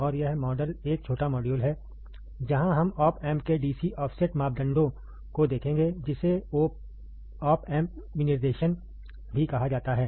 और यह मॉडल एक छोटा मॉड्यूल है जहां हम Op Amp के DC ऑफसेट मापदंडों को देखेंगे जिसे Op Amp विनिर्देशन भी कहा जाता है